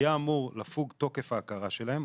היה אמור לפוג תוקף ההכרה שלהם,